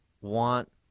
want